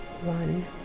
One